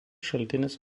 šaltinis